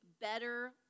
better